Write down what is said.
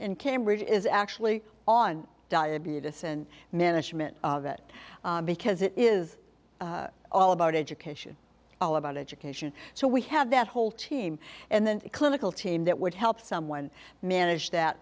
in cambridge is actually on diabetes and management of it because it is all about education all about education so we have that whole team and the clinical team that would help someone manage that